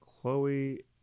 chloe